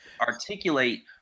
articulate